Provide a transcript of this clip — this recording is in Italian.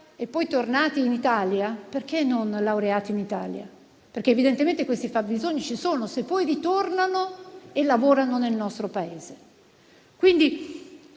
nell'Unione europea, perché non laureati in Italia? Evidentemente questi fabbisogni ci sono, se poi ritornano e lavorano nel nostro Paese. Quindi,